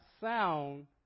sound